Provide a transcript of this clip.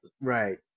Right